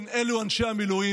כן, אלו אנשי המילואים.